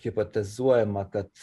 hipotezuojama kad